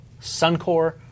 Suncor